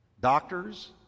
doctors